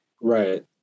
Right